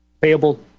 Payable